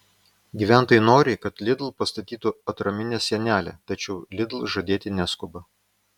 gyventojai nori kad lidl pastatytų atraminę sienelę tačiau lidl žadėti neskuba